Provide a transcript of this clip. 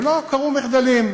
ולא קרו מחדלים,